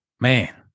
Man